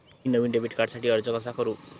मी नवीन डेबिट कार्डसाठी अर्ज कसा करु?